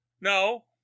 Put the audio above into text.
no